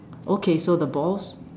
okay so the balls